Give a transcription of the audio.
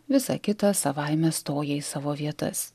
visa kita savaime stoja į savo vietas